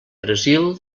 brasil